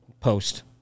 Post